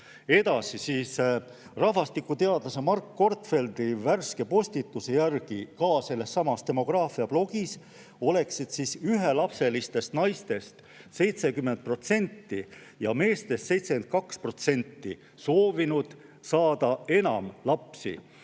Edasi, rahvastikuteadlase Mark Gortfelderi värske postituse järgi sellessamas demograafia blogis oleksid ühelapselistest naistest 70% ja meestest 72% soovinud saada enam lapsi